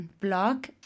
blog